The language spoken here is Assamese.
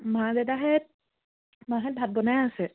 মা দাদাহঁত মাহঁত ভাত বনাই আছে